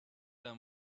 داده